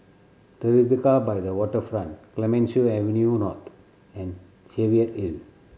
Tribeca by the Waterfront Clemenceau Avenue North and Cheviot Hill